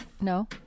No